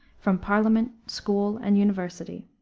from parliament, school, and university.